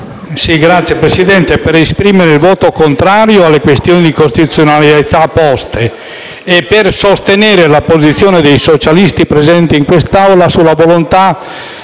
intervengo per esprimere il voto contrario alle questioni pregiudiziali di costituzionalità poste e per sostenere la posizione dei socialisti presenti in quest'Aula sulla volontà